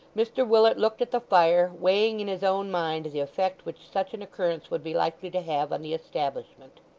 mr willet looked at the fire, weighing in his own mind the effect which such an occurrence would be likely to have on the establishment.